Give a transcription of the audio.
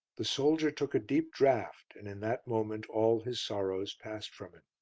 the soldier took a deep draught, and in that moment all his sorrows passed from him.